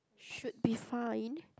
should be fine